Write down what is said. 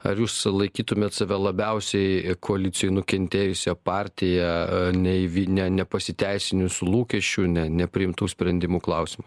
ar jūs laikytumėt save labiausiai koalicijoj nukentėjusio partija nei vyne nepasiteisinusių lūkesčių ne nepriimtų sprendimų klausimu